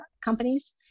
companies